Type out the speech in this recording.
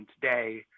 today